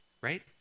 right